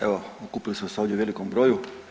Evo okupili smo se ovdje u velikom broju.